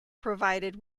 provided